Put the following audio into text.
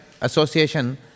association